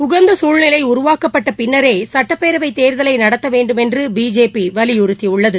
உகந்தகுழ்நிலைஉருவாக்கப்பட்டபின்னரேசுட்டப்பேரவைத் தேர்தலைநடத்தவேண்டும் என்றபிஜேபிவலியறுத்தியுள்ளது